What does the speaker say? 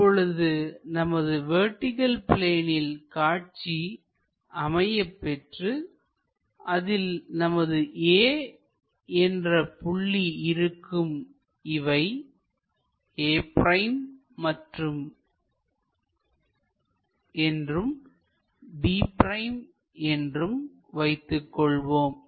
இப்பொழுது நமது வெர்டிகள் பிளேனில் காட்சி அமையப்பெற்று அதில் நமது A என்ற புள்ளி இருக்கும் இவை a' என்றும் b' என்றும் வைத்துக்கொள்வோம்